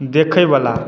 देखयवला